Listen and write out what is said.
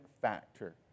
factor